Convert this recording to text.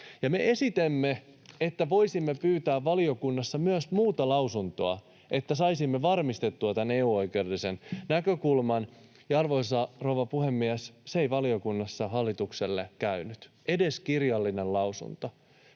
Me esitimme, että voisimme pyytää valiokunnassa myös muuta lausuntoa, että saisimme varmistettua tämän EU-oikeudellisen näkökulman. Ja, arvoisa rouva puhemies, se ei valiokunnassa hallitukselle käynyt, edes kirjallinen lausunto,